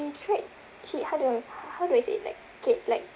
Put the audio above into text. tried she how do I how do I say it like okay like